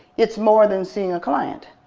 it's more than seeing a client.